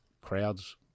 crowds